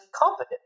competent